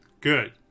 good